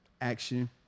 action